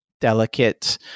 delicate